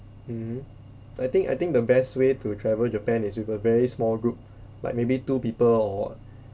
mm I think I think the best way to travel japan is with a very small group like maybe two people or what